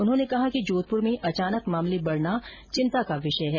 उन्होंने कहा कि जोधप्र में अचानक मामले बढना चिंता का विषय है